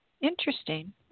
interesting